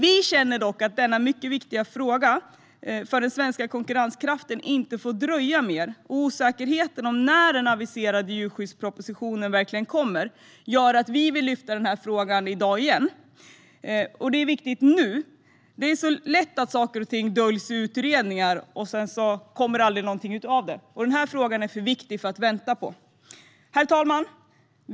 Vi känner dock att denna mycket viktiga fråga för den svenska konkurrenskraften inte får dröja mer, och osäkerheten om när den aviserade djurskyddspropositionen verkligen kommer gör att vi återigen vill lyfta denna fråga. Det är så lätt att saker och ting döljs i utredningar, och så kommer det aldrig någonting ut av det. Den här frågan är för viktig för det. Herr talman!